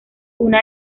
una